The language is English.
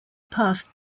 passed